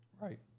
right